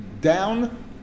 down